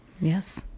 Yes